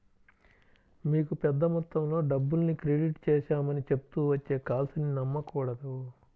మీకు పెద్ద మొత్తంలో డబ్బుల్ని క్రెడిట్ చేశామని చెప్తూ వచ్చే కాల్స్ ని నమ్మకూడదు